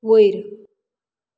वयर